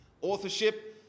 authorship